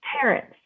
parents